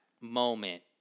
moment